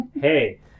Hey